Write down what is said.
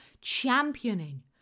championing